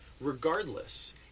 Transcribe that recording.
Regardless